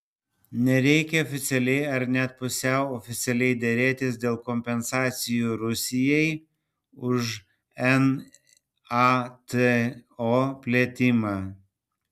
nereikia oficialiai ar net pusiau oficialiai derėtis dėl kompensacijų rusijai už nato plėtimą